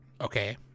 okay